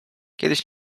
kiedyś